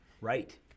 Right